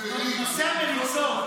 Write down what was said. נושא המריצות,